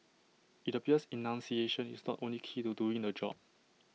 IT appears enunciation is not only key to doing the job